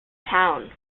town